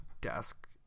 desk